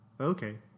Okay